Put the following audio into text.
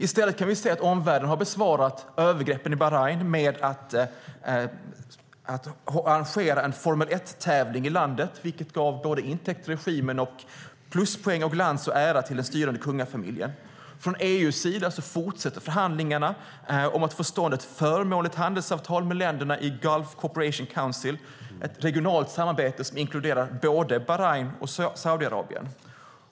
I stället kan vi se att omvärlden har besvarat övergreppen i Bahrain med att arrangera en Formel 1-tävling i landet, vilket gav både intäkter till regimen och pluspoäng, glans och ära till den styrande kungafamiljen. Från EU:s sida fortsätter förhandlingarna om att få till stånd ett förmånligt handelsavtal i Gulf Cooperation Council, ett regionalt samarbete som inkluderar både Bahrain och Saudiarabien.